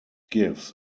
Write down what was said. gives